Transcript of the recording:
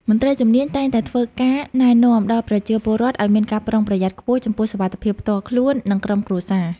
មន្ត្រីជំនាញតែងតែធ្វើការណែនាំដល់ប្រជាពលរដ្ឋឱ្យមានការប្រុងប្រយ័ត្នខ្ពស់ចំពោះសុវត្ថិភាពផ្ទាល់ខ្លួន និងក្រុមគ្រួសារ។